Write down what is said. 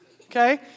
Okay